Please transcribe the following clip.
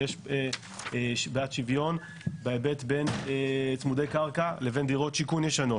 יש בעיית שוויון בהיבט בין צמודי קרקע לבין דירות שיכון ישנות.